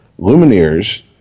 Lumineers